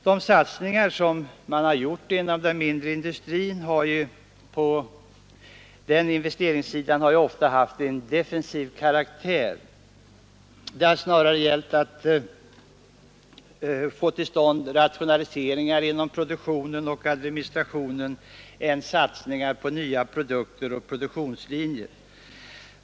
De satsningar som man har gjort inom den mindre industrin har ju på investeringssidan ofta haft en defensiv karaktär: det har snarare gällt att få till stånd rationaliseringar inom produktion och administration än satsningar på nya produkter och produktionslinjer.